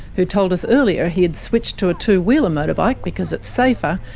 who told us earlier he had switched to a two-wheeler motorbike because it's safer,